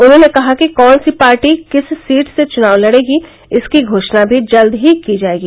उन्होंने कहा कि कौन सी पार्टी किस सीट से चुनाव लड़ेगी इसकी घोषणा भी जल्द ही की जायेगी